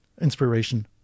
inspiration